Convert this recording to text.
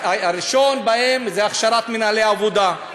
הראשונה בהן היא הכשרת מנהלי עבודה.